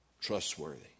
trustworthy